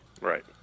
Right